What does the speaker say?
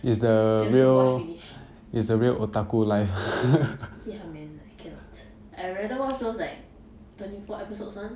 just to watch finish ya man I cannot I rather watch those like twenty four episodes one